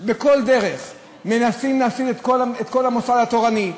את כל המוסד התורני,